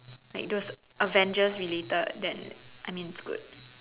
like those Avengers related then I mean it's good